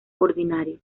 ordinario